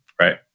right